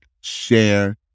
share